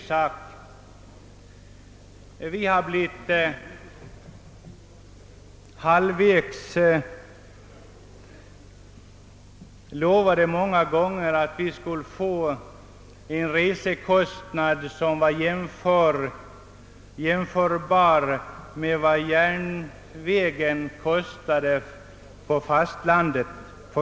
Många gånger har vi blivit halvt lovade att våra resekostnader skulle komma i nivå med kostnaderna för järnvägsresor på fastlandet.